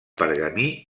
pergamí